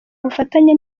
ubufatanye